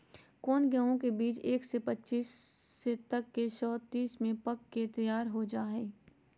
कौन गेंहू के बीज एक सौ पच्चीस से एक सौ तीस दिन में पक के तैयार हो जा हाय?